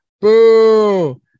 Boo